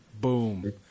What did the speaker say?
Boom